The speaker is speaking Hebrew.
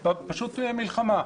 זאת פשוט מלחמה.